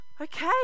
Okay